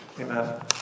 Amen